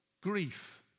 grief